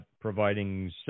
providing